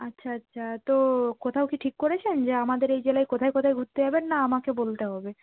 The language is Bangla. আচ্ছা আচ্ছা তো কোথাও কি ঠিক করেছেন যে আমাদের এই জেলায় কোথায় কোথায় ঘুরতে যাবেন না আমাকে বলতে হবে